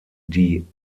die